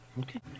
Okay